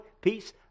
peace